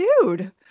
dude